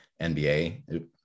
NBA